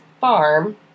farm